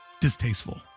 distasteful